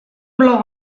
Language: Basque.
blog